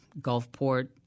Gulfport